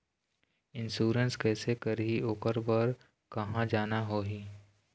Insurance कैसे करही, ओकर बर कहा जाना होही?